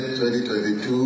2022